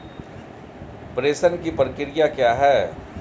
प्रेषण की प्रक्रिया क्या है?